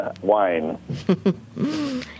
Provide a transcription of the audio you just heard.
Wine